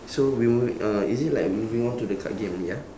so we movi~ uh is it like moving on to the card game ya